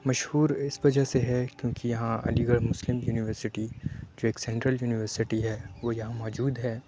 مشہور اِس وجہ سے ہے كیوں كہ یہاں علی گڑھ مسلم یونیورسٹی جو ایک سنیٹرل یونیورسٹی ہے وہ یہاں موجود ہے